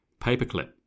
paperclip